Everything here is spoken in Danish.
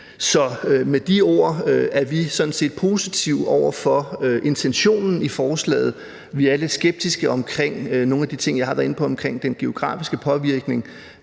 Så med de ord er vi sådan set positive over for intentionen i forslaget. Vi er lidt skeptiske omkring nogle af de ting, hvilket jeg har været inde på, om den geografiske påvirkning,